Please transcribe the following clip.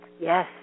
Yes